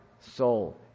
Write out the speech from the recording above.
soul